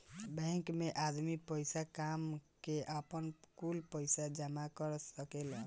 bank मे आदमी पईसा कामा के, आपन, कुल पईसा जामा कर सकेलन